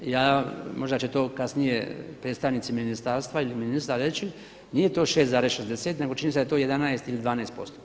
Ja, možda će to kasnije predstavnici ministarstva ili ministar reći, nije to 6,60 nego čini mi se da je to 11 ili 12%